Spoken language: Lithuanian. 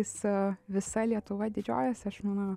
visa visa lietuva didžiuojasi aš manau